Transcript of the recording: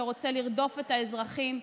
שרוצה לרדוף את האזרחים,